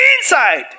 inside